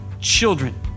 children